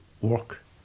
work